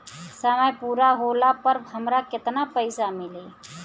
समय पूरा होला पर हमरा केतना पइसा मिली?